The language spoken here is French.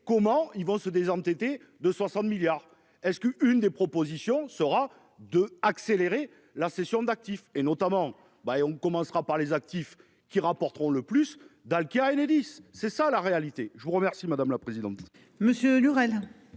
comment ils vont se désendetter, de 60 milliards. Est-ce que une des propositions sera de accélérer la cession d'actifs et notamment ben on commencera par les actifs qui rapporteront le plus Dalkia Enedis. C'est ça la réalité. Je vous remercie madame la présidente.